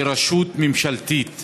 שרשות ממשלתית